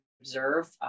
observe